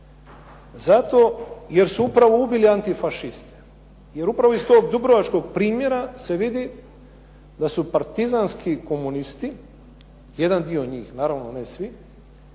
Zato jer su upravo ubili antifašiste, jer upravo iz tog dubrovačkog primjera se vidi da su partizanski komunisti, jedan dio njih naravno ne svi,